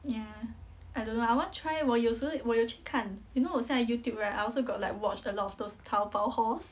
ya I don't know lah I want try 我有时我有去看 you know 我现在 Youtube right I also got like watch a lot of those Taobao host